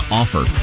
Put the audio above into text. offer